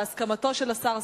בהסכמתו של השר,